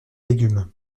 légumes